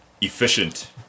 efficient